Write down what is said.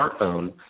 smartphone